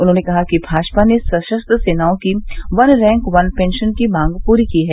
उन्होंने कहा कि भाजपा ने सशस्त्र सेनाओं की वन रैंक वन पेंशन की मांग पूरी की है